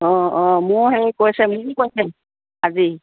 অঁ অঁ মোৰ হেৰি কৈছে মোকো কৈছে আজি